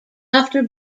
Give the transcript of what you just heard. after